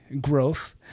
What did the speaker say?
growth